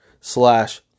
slash